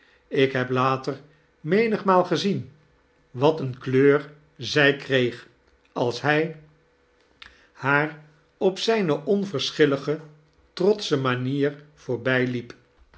ik heb later menigmaal gezien wat eene kleur zij kreeg als hij haar op zijne onvetrschillige trotsche manier voorbijliep